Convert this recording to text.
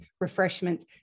refreshments